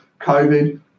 COVID